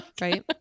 Right